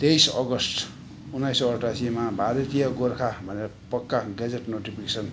तेइस अगस्त उन्नाइस सौ अठासीमा भारतीय गोर्खा भनेर पक्का ग्याजेट नोटिफिकेसन